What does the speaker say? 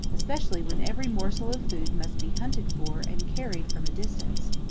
especially when every morsel of food must be hunted for and carried from a distance.